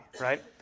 right